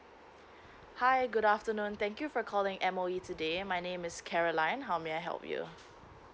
hi good afternoon thank you for calling M_O_E today my name is caroline how may I help you